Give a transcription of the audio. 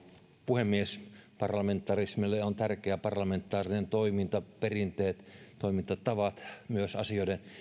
puhemies parlamentarismille on tärkeää parlamentaarinen toiminta perinteet toimintatavat myös asioiden